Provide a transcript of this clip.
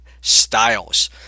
styles